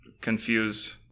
confuse